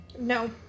No